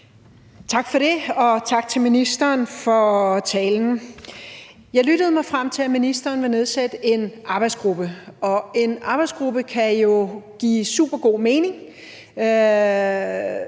Tak for det, og tak til ministeren for talen. Jeg lyttede mig frem til, at ministeren vil nedsætte en arbejdsgruppe, og en arbejdsgruppe kan jo give supergod mening,